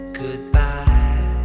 goodbye